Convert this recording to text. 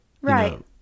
Right